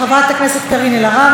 חברת הכנסת קארין אלהרר,